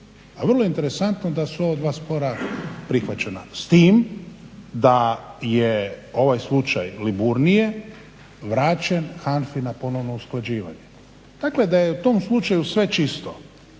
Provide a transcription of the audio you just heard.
A vrlo je interesantno da su ova dva spora prihvaćena s time da je ovaj slučaj Liburnije vraćen HANFA-i na ponovno usklađivanje. Dakle, da je u tom slučaju sve čisto